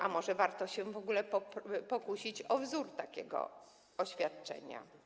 A może warto się w ogóle pokusić o wzór takiego oświadczenia?